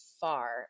far